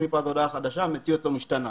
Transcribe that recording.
מפה ועד הודעה חדשה והמציאות לא משתנה.